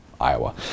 iowa